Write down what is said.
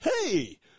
hey